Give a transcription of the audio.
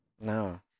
No